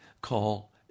Call